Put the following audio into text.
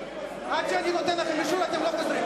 עד שאני נותן לכם אישור אתם לא חוזרים.